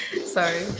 Sorry